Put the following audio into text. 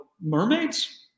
mermaids